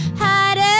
hide